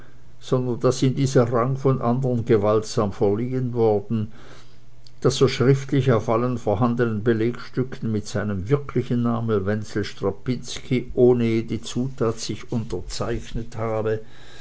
sondern daß ihm dieser rang von andern gewaltsam verliehen worden daß er schriftlich auf allen vorhandenen belegstücken mit seinem wirklichen namen wenzel strapinski ohne jede zutat sich unterzeichnet hatte